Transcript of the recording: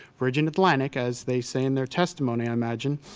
virgin atlantic, as they say in their testimony, i imagine,